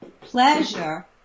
pleasure